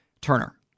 Turner